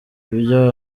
ibyo